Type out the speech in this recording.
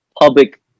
public